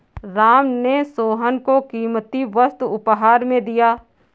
राम ने सोहन को कीमती वस्तु उपहार में दिया